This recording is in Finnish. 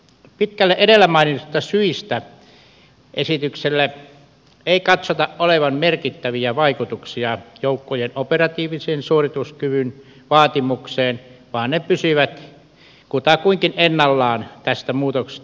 pitkälle edellä mainituista syistä esityksellä ei katsota olevan merkittäviä vaikutuksia joukkojen operatiivisen suorituskyvyn vaatimuksiin vaan ne pysyvät kutakuinkin ennallaan tästä muutoksesta huolimatta